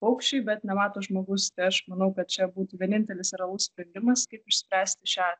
paukščiai bet nemato žmogus tai aš manau kad čia būtų vienintelis realus sprendimas kaip išspręsti šią